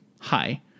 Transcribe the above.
hi